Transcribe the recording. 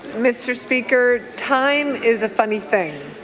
mr. speaker, time is a funny thing.